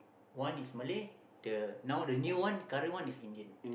one is Malay the now the new one current one is Indian